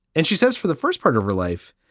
and she says for the first part of her life,